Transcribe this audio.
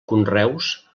conreus